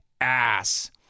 ass